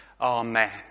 Amen